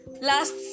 Last